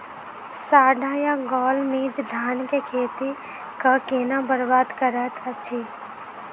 साढ़ा या गौल मीज धान केँ खेती कऽ केना बरबाद करैत अछि?